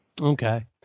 okay